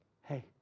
Hey